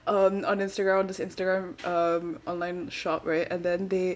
um on Instagram on this Instagram um online shop right and then they